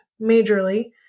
majorly